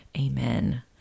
Amen